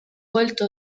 volto